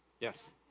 Yes